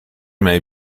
may